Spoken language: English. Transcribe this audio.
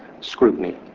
scrutiny